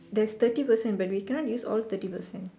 there's thirty percent but we cannot use all thirty percent